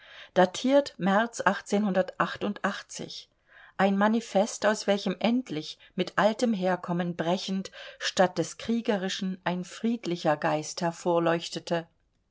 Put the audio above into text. datiert märz ein manifest aus welchem endlich mit altem herkommen brechend statt des kriegerischen ein friedlicher geist